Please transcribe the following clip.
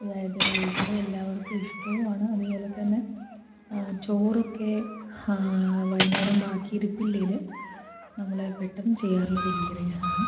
അതായത് വീട്ടിൽ എല്ലാവർക്കും ഇഷ്ടവുമാണ് അതുപോലെ തന്നെ ആ ചോറൊക്കെ വൈകുന്നേരം ബാക്കി ഇരുപ്പില്ലേൽ നമ്മൾ പെട്ടെന്ന് ചെയ്യാറുള്ളത് ഗീ റൈസാണ്